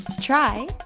Try